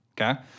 okay